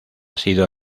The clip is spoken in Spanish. sido